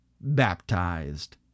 baptized